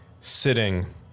Sitting